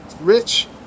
rich